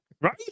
Right